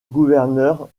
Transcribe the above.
gouverneur